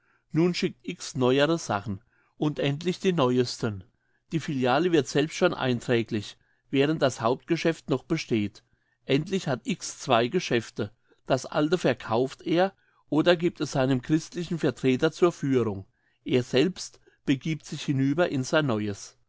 nun schickt x neuere sachen und endlich die neuesten die filiale wird selbst schon einträglich während das hauptgeschäft noch besteht endlich hat x zwei geschäfte das alte verkauft er oder gibt er seinem christlichen vertreter zur führung er selbst begibt sich hinüber in sein neues